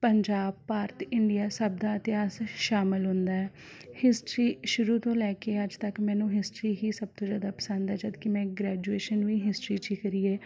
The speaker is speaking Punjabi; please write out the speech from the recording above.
ਪੰਜਾਬ ਭਾਰਤ ਇੰਡੀਆ ਸਭ ਦਾ ਇਤਿਹਾਸ ਸ਼ਾਮਿਲ ਹੁੰਦਾ ਹੈ ਹਿਸਟਰੀ ਸ਼ੁਰੂ ਤੋਂ ਲੈ ਕੇ ਅੱਜ ਤੱਕ ਮੈਨੂੰ ਹਿਸਟਰੀ ਹੀ ਸਭ ਤੋਂ ਜ਼ਿਆਦਾ ਪਸੰਦ ਹੈ ਜਦ ਕਿ ਮੈਂ ਗ੍ਰੈਜੂਏਸ਼ਨ ਵੀ ਹਿਸਟਰੀ 'ਚ ਹੀ ਕਰੀ ਹੈ